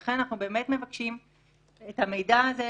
ולכן אנחנו מבקשים את המידע הזה,